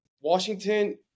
Washington